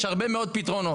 יש פתרונות.